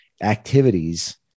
activities